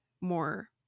more